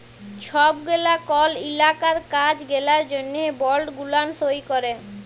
ছব গেলা কল ইলাকার কাজ গেলার জ্যনহে বল্ড গুলান সই ক্যরে